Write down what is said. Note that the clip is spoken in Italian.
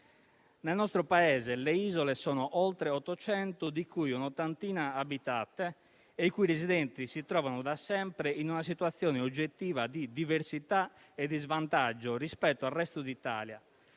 Nel nostro Paese le isole sono oltre 800, di cui un'ottantina abitate e i cui residenti si trovano da sempre in una situazione oggettiva di diversità e di svantaggio rispetto al resto d'Italia.